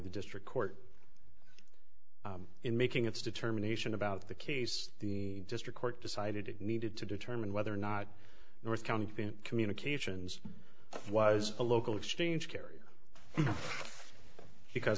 the district court in making its determination about the case the district court decided it needed to determine whether or not north county communications was a local exchange carrie